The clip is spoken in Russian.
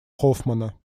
хоффмана